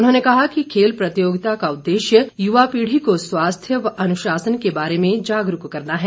उन्होंने कहा कि खेल प्रतियोगिता का उद्देश्य युवा पीढ़ी को स्वास्थ्य व अनुशासन के बारे में जागरूक करना है